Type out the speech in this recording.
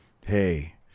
Hey